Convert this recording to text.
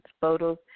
photos